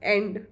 End